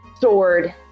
sword